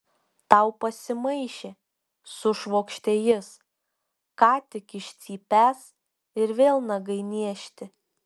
tau pasimaišė sušvokštė jis ką tik iš cypęs ir vėl nagai niežti